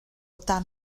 dan